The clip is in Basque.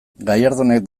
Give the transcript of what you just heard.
gallardonek